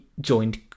joined